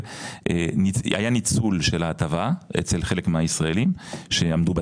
היה ניצול של ההטבה אצל חלק מהישראלים שעמדו בתנאים,